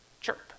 chirp